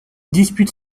dispute